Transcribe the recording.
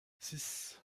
six